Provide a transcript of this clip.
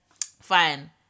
Fine